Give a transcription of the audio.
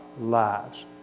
lives